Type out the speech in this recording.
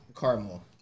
caramel